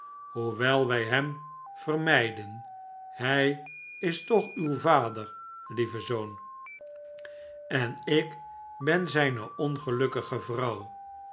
shoewel wij hem vermijden hij is toch hw vader lieve zoon en ik ben zijne ongelukkige vrouw